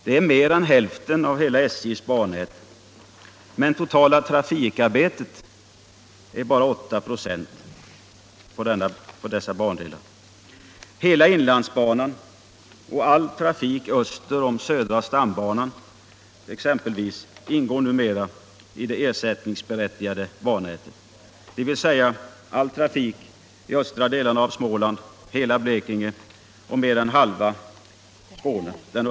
Det är mer än hälften av hela SJ:s bannät. Men det totala trafikarbetet på dessa bandelar är bara 8 26. Hela Inlandsbanan och all trafik öster om Södra stambanan exempelvis ingår numera i det ersättningsberättigade bannätet.